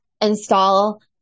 install